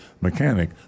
mechanic